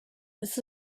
this